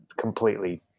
completely